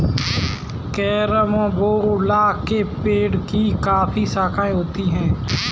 carambola के पेड़ की काफी शाखाएं होती है